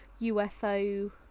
UFO